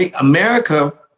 America